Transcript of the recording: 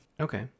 okay